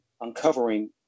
uncovering